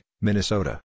Minnesota